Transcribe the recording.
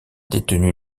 détenu